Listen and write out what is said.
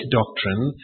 doctrine